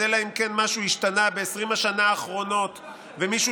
אלא אם כן משהו השתנה ב-20 השנה האחרונות ומישהו